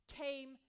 came